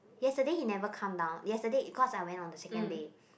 yesterday he never come down yesterday because I went on the second day